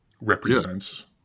represents